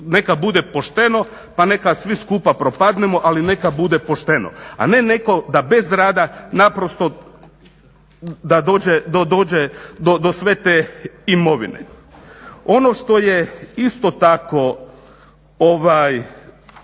neka bude pošteno pa neka svi skupa propadnemo ali neka bude pošteno. A ne netko da bez rada naprosto da dođe do sve te imovine. Ono što je isto tako